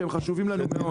שהם חשובים לנו מאוד.